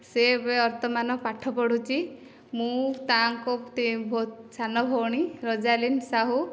ସେ ଏବେ ବର୍ତ୍ତମାନ ପାଠ ପଢ଼ୁଛି ମୁଁ ତାଙ୍କ ତେ ବହୁତ ସାନ ଭଉଣୀ ରୋଜାଲିନ ସାହୁ